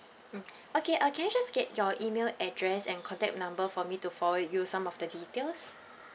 mm okay I can just get your email address and contact number for me to follow up with you some of the details